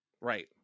Right